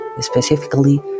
specifically